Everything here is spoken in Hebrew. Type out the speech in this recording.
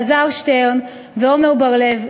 אלעזר שטרן ועמר בר-לב,